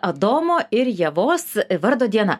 adomo ir ievos vardo diena